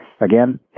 again